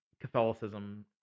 Catholicism